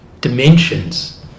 dimensions